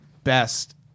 best